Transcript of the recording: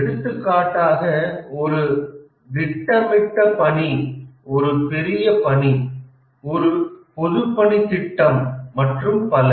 எடுத்துக்காட்டாக ஒரு திட்டமிட்ட பணி ஒரு பெரிய பணி ஒரு பொதுப்பணித் திட்டம் மற்றும் பல